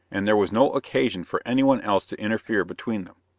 and there was no occasion for anyone else to interfere between them.